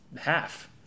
half